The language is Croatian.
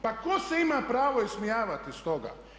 Pa tko se ima pravo ismijavati iz toga?